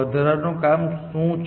વધારાનું કામ શું છે